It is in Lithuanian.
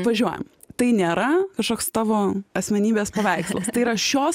važiuojam tai nėra kažkoks tavo asmenybės paveikslas tai yra šios